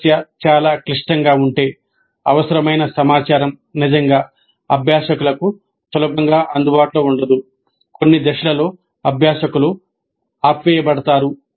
సమస్య చాలా క్లిష్టంగా ఉంటే అవసరమైన సమాచారం నిజంగా అభ్యాసకులకు సులభంగా అందుబాటులో ఉండదు కొన్ని దశలలో అభ్యాసకులు ఆపివేయబడతారు